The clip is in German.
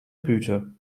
blüte